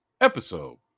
episode